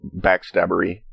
backstabbery